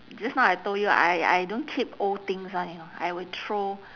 just now I told you I I don't keep old things [one] you know I will throw